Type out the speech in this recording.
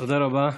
תודה רבה.